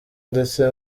ndetse